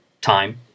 time